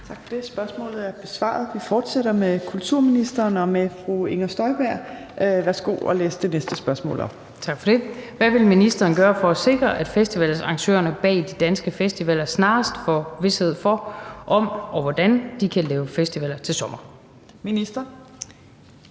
Tak for det. Spørgsmålet er besvaret. Vi fortsætter med kulturministeren og med fru Inger Støjberg. Kl. 15:51 Spm. nr. S 1384 25) Til kulturministeren af: Inger Støjberg (UFG): Hvad vil ministeren gøre for at sikre, at festivalarrangørerne bag de danske festivaler snarest får vished for, om og hvordan de kan lave festivaler til sommer? Fjerde